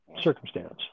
circumstance